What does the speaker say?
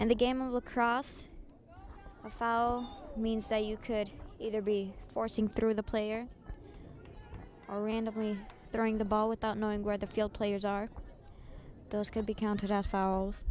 and the game will cross a file means say you could either be forcing through the player randomly throwing the ball without knowing where the field players are those could be counted as fouls